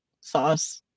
Sauce